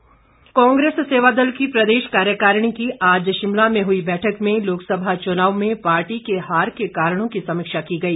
सेवादल कांग्रेस सेवादल की प्रदेश कार्यकारिणी की आज शिमला में हुई बैठक में लोकसभा चुनाव में पार्टी के हार के कारणों की समीक्षा की गई